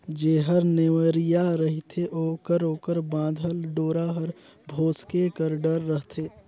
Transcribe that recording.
जेहर नेवरिया रहथे ओकर ओकर बाधल डोरा हर भोसके कर डर रहथे